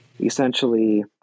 Essentially